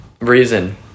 reason